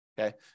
okay